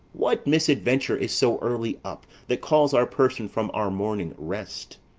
what misadventure is so early up, that calls our person from our morning rest?